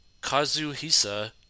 Kazuhisa